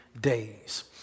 days